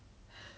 ya